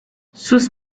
sus